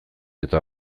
eta